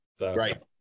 Right